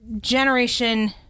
Generation